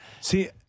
See